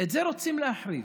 את זה רוצים להחריב.